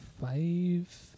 five